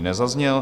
Nezazněl.